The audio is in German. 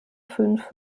fünf